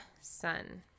Sun